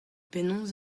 penaos